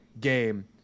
game